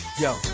Yo